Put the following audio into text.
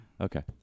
Okay